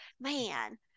man